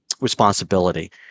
responsibility